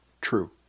True